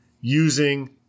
using